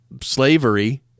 slavery